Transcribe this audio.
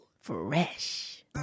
Fresh